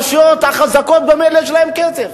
הרשויות החזקות ממילא יש להן כסף.